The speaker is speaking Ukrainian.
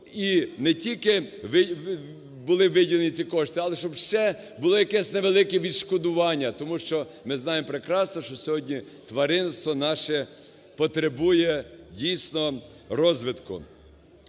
і не тільки були виділені ці кошти, але ще було якесь невелике відшкодування. Тому що ми знаємо прекрасно, що сьогодні тваринництво наше потребує, дійсно, розвитку.